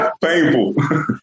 Painful